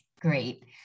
Great